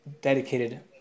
dedicated